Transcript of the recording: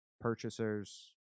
Purchasers